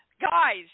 Guys